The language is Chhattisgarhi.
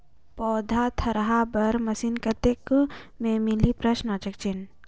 पौधा थरहा बर मशीन कतेक मे मिलही?